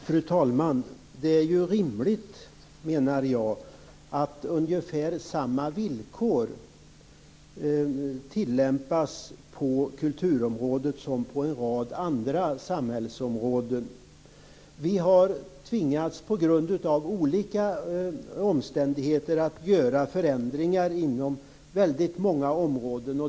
Fru talman! Det är rimligt att ungefär samma villkor tillämpas på kulturområdet som på en rad andra samhällsområden. Vi har på grund av olika omständigheter tvingats att göra förändringar inom väldigt många områden.